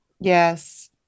yes